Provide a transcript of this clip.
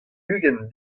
ugent